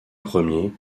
premier